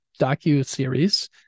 docu-series